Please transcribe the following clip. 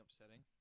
upsetting